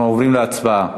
אנחנו עוברים להצבעה.